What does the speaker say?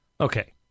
Okay